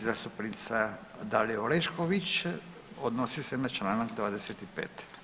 44. zastupnica Dalija Orešković odnosi se na čl. 25.